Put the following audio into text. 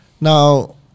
Now